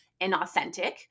inauthentic